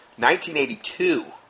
1982